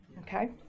Okay